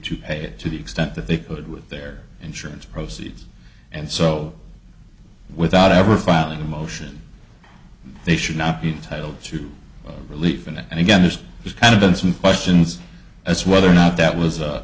to pay it to the extent that they could with their insurance proceeds and so without ever filing a motion they should not be titled to relief and again this is kind of been some questions as whether or not that was a